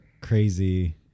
crazy